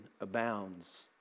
abounds